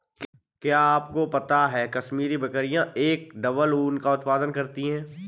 क्या आपको पता है कश्मीरी बकरियां एक डबल ऊन का उत्पादन करती हैं?